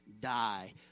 die